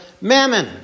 mammon